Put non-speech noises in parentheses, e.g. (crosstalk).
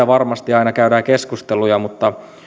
(unintelligible) varmasti aina käydään keskusteluja mutta